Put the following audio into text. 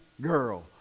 Girl